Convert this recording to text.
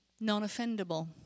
non-offendable